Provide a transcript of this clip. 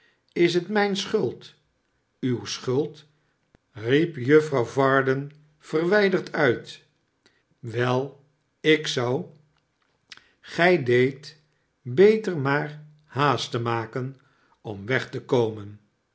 is het mijn schuld uwe schuld riep juffrouw varden verwijderd uit wel ik zou gij deedt beter maar haast te maken om weg te komen